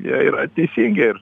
jie yra teisingi ir